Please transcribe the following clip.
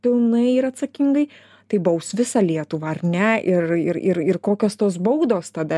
pilnai ir atsakingai tai baus visą lietuvą ar ne ir ir ir ir kokios tos baudos tada